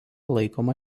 laikoma